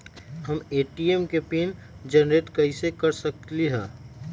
हम ए.टी.एम के PIN generate कईसे कर सकली ह?